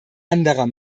anderer